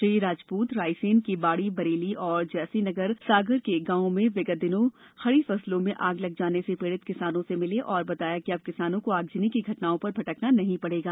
श्री राजपूत रायसेन के बाड़ी बरेली एवं जैसीनगर सागर के ग्रामों में विगत दिनों खड़ी फसलों में आग लग जाने से पीड़ित किसानों से मिले और बताया कि अब किसानों को आगजनी की घटनाओं पर भटकना नहीं पड़ेगा